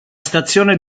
stazione